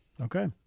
Okay